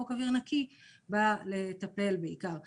חוק אוויר נקי בא לטפל בעיקר במפעלים,